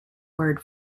word